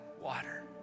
water